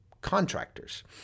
contractors